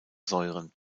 säuren